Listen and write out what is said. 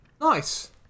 Nice